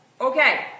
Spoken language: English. Okay